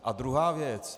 A druhá věc.